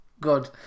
good